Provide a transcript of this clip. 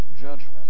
judgment